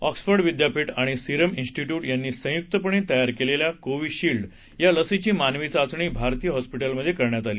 Oxford विद्यापीठ आणि Serum इस्निट्युट यांनी संयुक्तपणे तयार केलेल्या कोविशील्ड या लसीची मानवी चाचणी भारती हाँस्पिटलमध्ये करण्यात आली